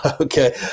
okay